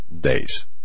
days